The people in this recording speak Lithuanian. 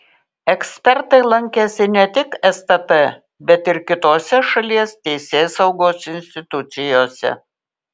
ekspertai lankėsi ne tik stt bet ir kitose šalies teisėsaugos institucijose